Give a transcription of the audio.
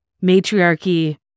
matriarchy